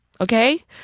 okay